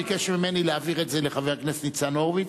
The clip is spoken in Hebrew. ביקש ממני להעביר את זה לחבר הכנסת ניצן הורוביץ,